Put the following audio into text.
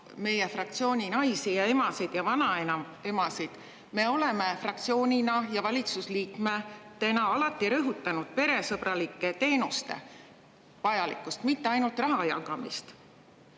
meie fraktsiooni naisi ja emasid ja vanaemasid? Me oleme fraktsioonina ja valitsusliikmena alati rõhutanud peresõbralike teenuste vajalikkust, mitte ainult rahajagamist.